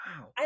Wow